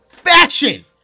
fashion